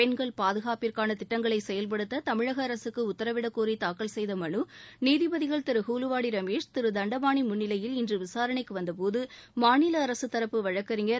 பெண்கள் பாதுகாப்பிற்கான திட்டங்களை செயல்படுத்த தமிழக அரசுக்கு உத்தரவிடக்கோரி தாக்கல் செய்த மலு நீதிபதிகள் திரு குலுவாடி ரமேஷ் திரு தண்டபாணி முன்னவையில் இன்று விசாரணைக்கு வந்த போது மாநில அரசு தரப்பு வழக்கறிஞர்